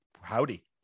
howdy